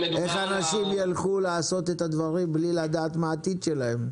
אז איך אנשים ילכו לעשות את הדברים בלי לדעת מה העתיד שלהם?